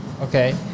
Okay